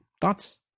thoughts